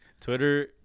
Twitter